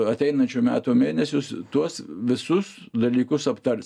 ateinančių metų mėnesius tuos visus dalykus aptars